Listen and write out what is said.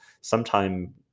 sometime